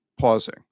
pausing